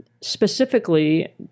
specifically